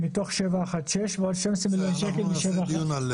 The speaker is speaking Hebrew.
מתוך 716 ועוד 12 מיליון שקל מ-717,